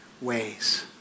ways